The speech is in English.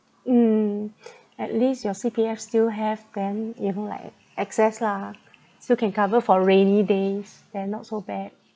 mm at least your C_P_F still have then even like excess lah still can cover for rainy days then not so bad